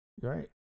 Right